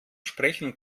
sprechen